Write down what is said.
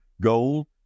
gold